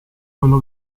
quello